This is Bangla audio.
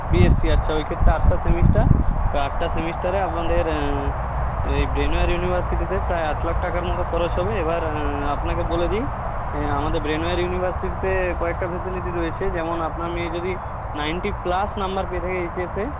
বি এস সি আচ্ছা ওই ক্ষেত্রে আটটা সেমেস্টার তা আটটা সেমেস্টারে আপনাদের ওই ব্রেনওয়্যার ইউনিভার্সিটিতে প্রায় আট লাখ টাকার মতো খরচ হবে এবার আপনাকে বলে দিই আমাদের ব্রেনওয়্যার ইউনিভার্সিটিতে কয়েকটা ফেসিলিটি রয়েছে যেমন আপনার মেয়ে যদি নাইন্টি প্লাস নাম্বার পেয়ে থাকে এইচ এসে